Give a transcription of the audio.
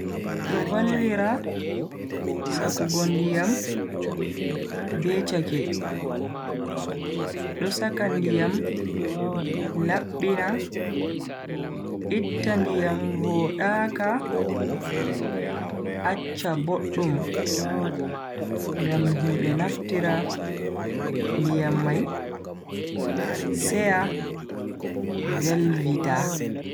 Do vallira sakugo ndiyam be chake. do saka ndiyam labbina itta ndiyam vodaaka accha boddum ngam himbe naftira ndiyam mai seya Velvita.